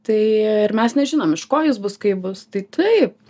tai ir mes nežinom iš ko jis bus kaip bus tai taip